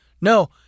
No